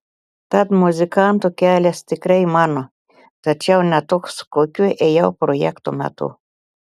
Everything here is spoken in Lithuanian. tad muzikanto kelias tikrai mano tačiau ne toks kokiu ėjau projekto metu